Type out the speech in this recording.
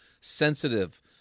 sensitive